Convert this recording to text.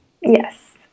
Yes